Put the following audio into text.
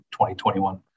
2021